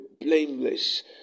blameless